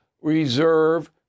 reserve